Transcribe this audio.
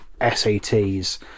SATs